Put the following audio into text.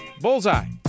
Bullseye